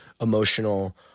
emotional